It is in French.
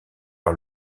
par